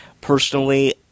Personally